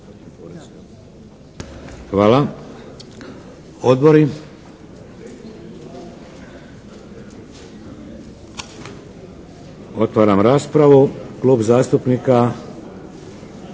Hvala. Odbori? Otvaram raspravu. Klub zastupnika.